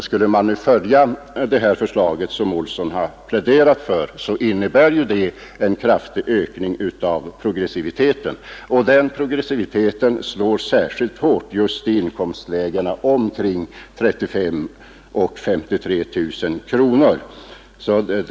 Skulle man följa det förslag som herr Olsson i Stockholm pläderat för innebär det en kraftig ökning av skatteprogressiviteten, och den slår särskilt hårt just i inkomstlägena mellan 35 000 och 53 000 kronor.